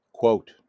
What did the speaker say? Quote